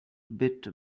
bit